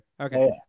Okay